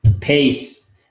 pace